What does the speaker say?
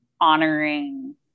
honoring